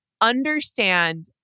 understand